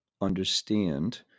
understand